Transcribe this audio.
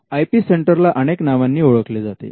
I P centre ला अनेक नावांनी ओळखले जाते